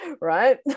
right